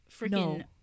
freaking